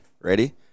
Ready